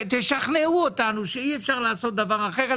תשכנעו אותנו שאי אפשר לעשות דבר אחר,